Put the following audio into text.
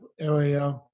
area